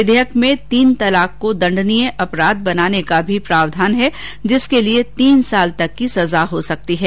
विधेयक में तीन तलाक को दंडनीय अपराध बनाने का भी प्रावधान है जिसके लिए तीन साल तक की सजा हो सकती है